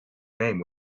name